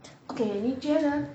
okay 你觉得